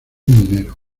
minero